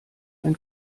ein